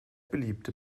beliebte